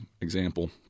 example